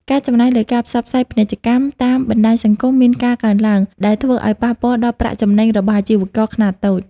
ការចំណាយលើការផ្សព្វផ្សាយពាណិជ្ជកម្មតាមបណ្តាញសង្គមមានការកើនឡើង ដែលធ្វើឱ្យប៉ះពាល់ដល់ប្រាក់ចំណេញរបស់អាជីវករខ្នាតតូច។